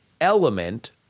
element